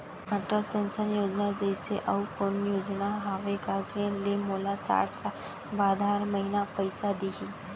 Atal pension Yojana जइसे अऊ कोनो योजना हावे का जेन ले मोला साठ साल बाद हर महीना पइसा दिही?